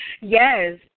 Yes